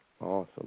Awesome